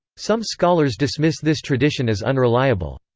some scholars dismiss this tradition as unreliable.